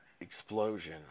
explosion